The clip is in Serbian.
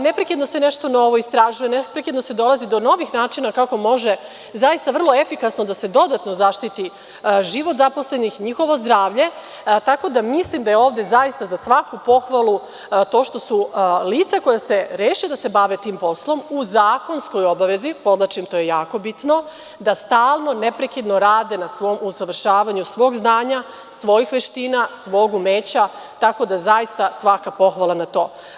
Neprekidno se nešto novo istražuje, neprekidno se dolazi do novih načina kako može zaista vrlo efikasno da se dodatno zaštiti život zaposlenih, njihovo zdravlje, tako da mislim da je ovde zaista za svaku pohvalu lica koja reše da se bave tim poslom u zakonskoj obavezi, podvlačim, to je jako bitno, da stalno, neprekidno rade na usavršavanju svog znanja, svojih veština, svog umeća, tako da zaista svaka pohvala na to.